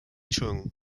chung